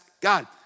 God